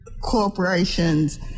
corporations